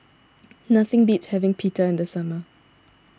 nothing beats having Pita in the summer